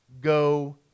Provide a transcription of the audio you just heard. go